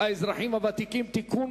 האזרחים הוותיקים (תיקון,